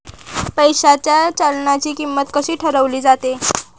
पैशाच्या चलनाची किंमत कशी ठरवली जाते